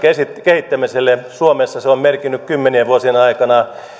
kehittämiselle suomessa se on merkinnyt kymmenien vuosien aikana